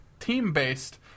Team-based